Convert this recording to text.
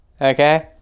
okay